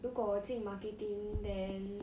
如果我进 marketing then